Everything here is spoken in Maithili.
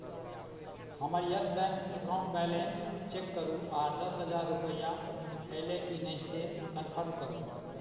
हमर Yes bank account balance check करू आ दस हजार रुपैआ अयलै कि नहि से कन्फर्म करू